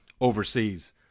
overseas